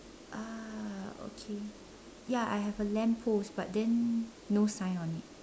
ah okay ya I have a lamp post but then no sign on it